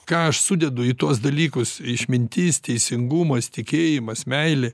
ką aš sudedu į tuos dalykus išmintis teisingumas tikėjimas meilė